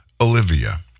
Olivia